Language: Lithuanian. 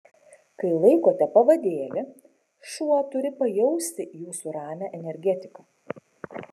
kai laikote pavadėlį šuo turi pajausti jūsų ramią energetiką